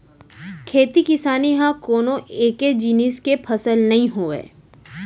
खेती किसानी ह कोनो एके जिनिस के फसल नइ होवय